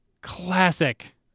classic